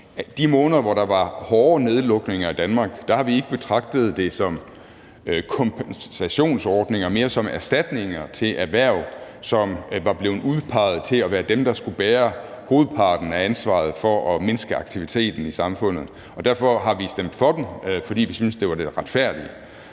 de måneder, hvor der var hårde nedlukninger af Danmark, har vi ikke betragtet det som kompensationsordninger, men mere som erstatninger til erhverv, som var blevet udpeget til at være dem, der skulle bære hovedparten af ansvaret for at mindske aktiviteten i samfundet. Vi har stemt for dem, fordi vi synes, at det var det retfærdige.